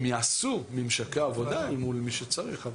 הם יעשו ממשקי עבודה מול מי שצריך.